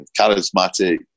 charismatic